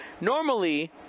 normally